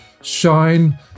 Shine